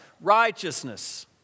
righteousness